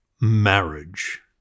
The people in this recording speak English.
marriage